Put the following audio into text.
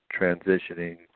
transitioning